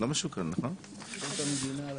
האסדה עולה כמה מאות מיליונים.